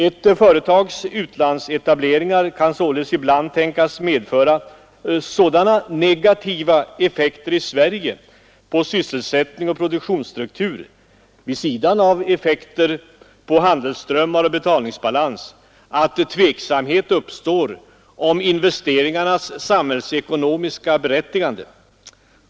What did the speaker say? Ett företags utlandsetableringar kan således ibland tänkas medföra sådana negativa effekter i Sverige på sysselsättning och produktionsstruktur — vid sidan av effekter på handelsströmmar och betalningsbalans — att tveksamhet uppstår om investeringarnas samhällsekonomiska berättigande.